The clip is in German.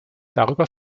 darüber